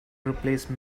replace